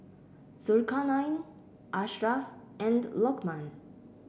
Zulkarnain Ashraff and Lokman